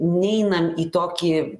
neinam į tokį